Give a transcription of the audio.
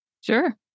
sure